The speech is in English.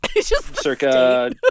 Circa